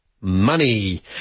money